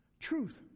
Truth